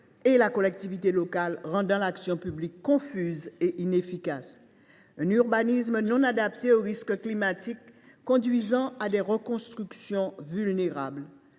et les collectivités territoriales, rendant l’action publique confuse et inefficace ; un urbanisme non adapté aux risques climatiques, conduisant à des reconstructions vulnérables.